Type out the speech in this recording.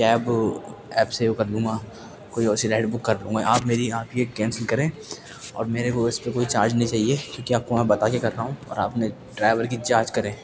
cab app سے وہ کر لوں گا کوئی سی رائڈ بک کر لوں گا آپ میری یہاں کی کینسل کریں اور میرے کو اس پہ کوئی چارج نہیں چاہیے کیوںکہ آپ کو وہاں بتا کے کر رہا ہوں اور اپنے ڈرائیور کی جاںچ کریں